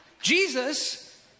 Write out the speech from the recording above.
Jesus